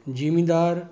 ਜ਼ਿਮੀਂਦਾਰ